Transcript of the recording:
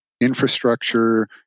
infrastructure